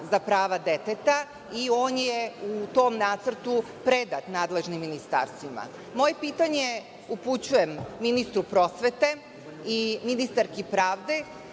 za prava deteta i on je u tom nacrtu predat nadležnim ministarstvima. Moje pitanje upućujem ministru prosvete i ministarki pravde